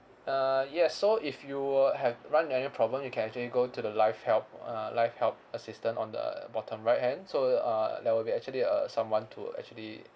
uh yes so if you were have run any problem you can actually go to the live help uh live help assistant on the bottom right hand so uh there will be actually uh someone to actually